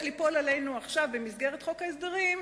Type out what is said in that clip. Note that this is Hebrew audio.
ליפול עלינו עכשיו במסגרת חוק ההסדרים,